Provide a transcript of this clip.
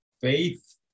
faith